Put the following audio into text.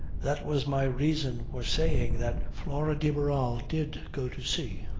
that was my reason for saying that flora de barral did go to sea.